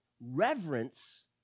Reverence